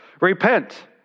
Repent